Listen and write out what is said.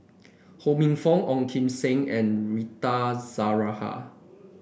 Ho Minfong Ong Kim Seng and Rita